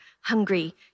hungry